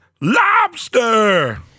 lobster